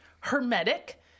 hermetic